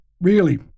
Really